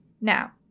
Now